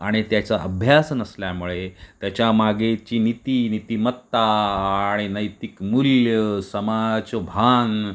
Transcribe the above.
आणि त्याचा अभ्यास नसल्यामुळे त्याच्या मागची नीति नीतिमत्ता आणि नैतिक मूल्य समाजभान